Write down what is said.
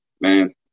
man